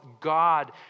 God